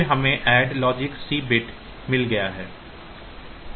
फिर हमें AND logic C bit मिल गया है